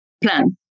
plan